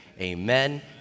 amen